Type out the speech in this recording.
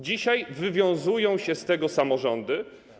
Dzisiaj wywiązują się z tego samorządy.